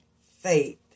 faith